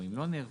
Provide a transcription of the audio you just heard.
או אם לא נערכו,